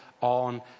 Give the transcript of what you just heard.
on